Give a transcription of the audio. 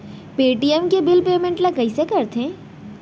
Paytm के bill payment ल कइसे करथे?